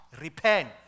Repent